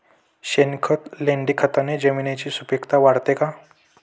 शेणखत, लेंडीखताने जमिनीची सुपिकता वाढते का?